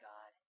God